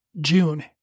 June